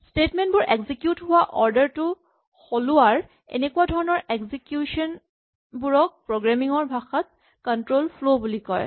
statement বোৰ execute হোৱা order টো সলোৱা এনেকুৱা ধৰণৰ এক্সিকিউচন বোৰক প্ৰগ্ৰেমিং ৰ ভাষাত কন্ট্ৰল ফ্ল' বুলি কয়